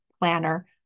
planner